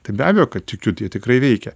tai be abejo kad tikiu tie tikrai veikia